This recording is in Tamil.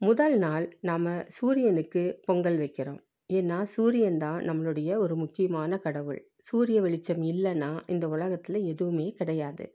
முதல் நாள் நாம் சூரியனுக்கு பொங்கல் வைக்கிறோம் ஏன்னால் சூரியன்தான் நம்மளுடைய ஒரு முக்கியமான கடவுள் சூரிய வெளிச்சம் இல்லைன்னா இந்த உலகத்தில் எதுவுமே கிடையாது